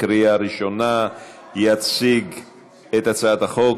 לוועדת החוקה,